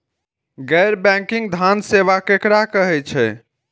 गैर बैंकिंग धान सेवा केकरा कहे छे?